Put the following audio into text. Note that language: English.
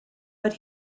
but